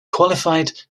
qualified